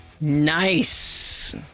Nice